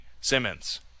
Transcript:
Simmons